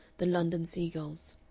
the london seagulls.